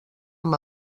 amb